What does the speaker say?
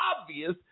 obvious